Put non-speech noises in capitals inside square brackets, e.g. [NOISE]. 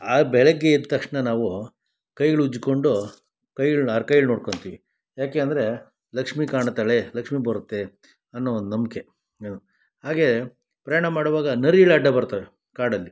ಬೆಳಗ್ಗೆ ಎದ್ದ ತಕ್ಷಣ ನಾವು ಕೈಗಳು ಉಜ್ಜಿಕೊಂಡು ಕೈಗಳನ್ನ [UNINTELLIGIBLE] ನೋಡ್ಕೋತೀವಿ ಯಾಕೆ ಅಂದರೆ ಲಕ್ಷ್ಮಿ ಕಾಣ್ತಾಳೆ ಲಕ್ಷ್ಮಿ ಬರುತ್ತೆ ಅನ್ನೋ ಒಂದು ನಂಬಿಕೆ ಹಾಗೇ ಪ್ರಯಾಣ ಮಾಡುವಾಗ ನರಿಗಳು ಅಡ್ಡ ಬರ್ತಾವೆ ಕಾಡಲ್ಲಿ